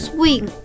Swing